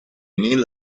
kneel